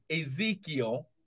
Ezekiel